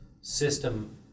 system